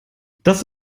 das